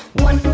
one,